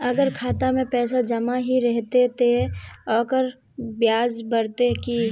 अगर खाता में पैसा जमा ही रहते ते ओकर ब्याज बढ़ते की?